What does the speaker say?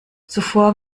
zuvor